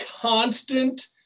constant